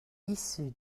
issu